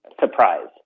Surprise